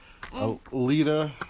Alita